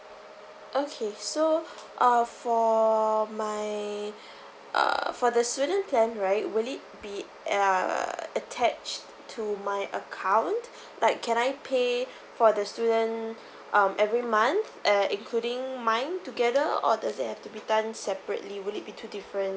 okay so uh for my err for the student plan right will it be uh attached to my account like can I pay for the student um every month uh including mine together or does it have to be done separately will it be two different